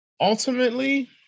ultimately